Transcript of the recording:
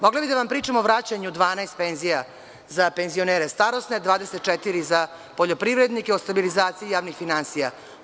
Mogla bih da vam pričam o vraćanju 12penzija za penzionere starosne, a 24 za poljoprivrednike, o stabilizaciji javnih finansija.